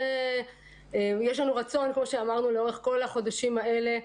יש לנו רצון לאורך כל החודשים האלה,